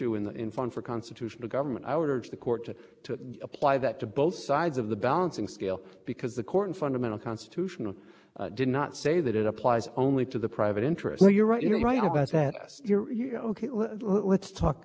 to apply that to both sides of the balancing scale because the court fundamental constitutional did not say that it applies only to the private interest and you're right you're right about that us ok let's talk soon you're right about that so then